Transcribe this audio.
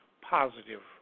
positive